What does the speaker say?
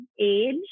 age